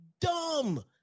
dumb